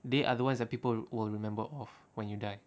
they are the ones that people will remember off when you die